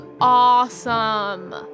awesome